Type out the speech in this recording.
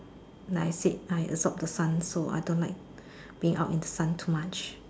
like I said I absorb the sun so I don't like being out in sun too much